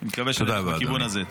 אני מקווה שנלך בכיוון הזה.